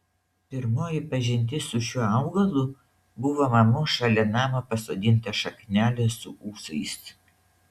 pirmoji pažintis su šiuo augalu buvo mamos šalia namo pasodinta šaknelė su ūsais